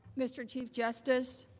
mr. chief justice,